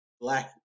black